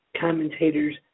commentators